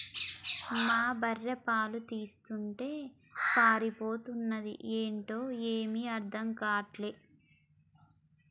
మా బర్రె పాలు తీస్తుంటే పారిపోతన్నాది ఏంటో ఏమీ అర్థం గాటల్లే